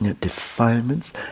defilements